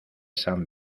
san